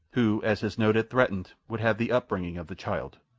who, as his note had threatened, would have the upbringing of the child.